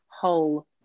whole